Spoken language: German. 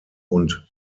und